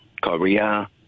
Korea